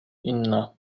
inna